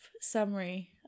summary